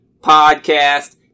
podcast